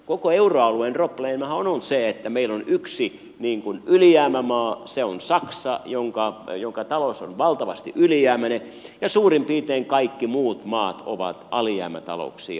koko euroalueen probleemahan on se että meillä on yksi ylijäämämaa ja se on saksa jonka talous on valtavasti ylijäämäinen ja suurin piirtein muut maat ovat alijäämätalouksia